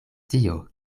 tio